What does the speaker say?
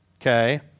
Okay